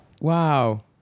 Wow